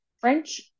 French